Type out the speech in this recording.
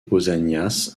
pausanias